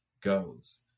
goes